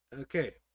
okay